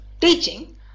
teaching